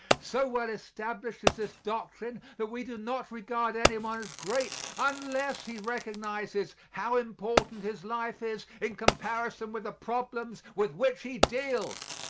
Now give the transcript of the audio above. so well established is this doctrine that we do not regard anyone as great unless he recognizes how unimportant his life is in comparison with the problems with which he deals.